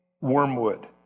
Wormwood